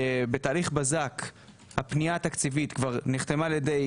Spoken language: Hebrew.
בתהליך בזק הפנייה התקציבית כבר נחתמה על ידי